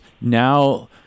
now